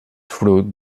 fruit